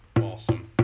awesome